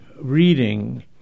reading